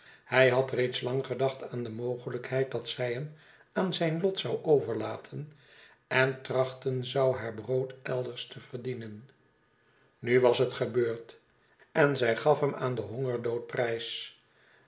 hij had reeds lang gedacht aan de mogelijkheid dat zij hem aan zijn lot zou overlaten en trachten zou haar brood elders te verdienen nu was het gebeurd en zij gaf hem aan den hongerdood prijs